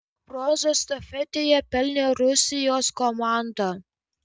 bronzą estafetėje pelnė rusijos komanda